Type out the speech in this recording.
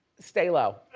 stay low.